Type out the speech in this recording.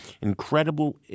Incredible